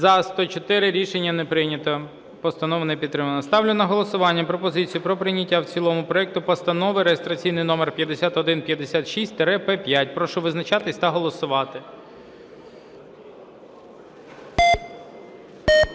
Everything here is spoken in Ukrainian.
За-104 Рішення не прийнято. Постанова не підтримана. Ставлю на голосування пропозицію про прийняття в цілому проекту Постанови реєстраційний номер 5156-П5. Прошу визначатись та голосувати.